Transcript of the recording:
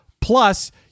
Plus